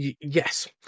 yes